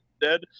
dead